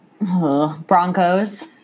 Broncos